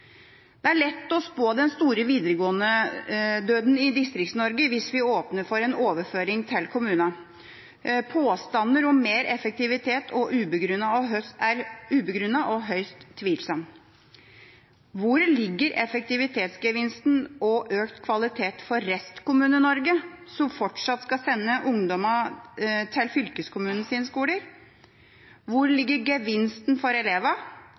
spå den store «videregående-døden» i Distrikts-Norge hvis vi åpner for en overføring til kommunene. Påstanden om mer effektivitet er ubegrunnet og høyst tvilsom. Hvor ligger effektivitetsgevinsten og økt kvalitet for Restkommune-Norge, som fortsatt skal sende ungdommer til fylkeskommunenes skoler? Hvor ligger gevinsten for